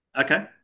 Okay